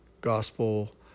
gospel